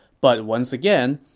but once again,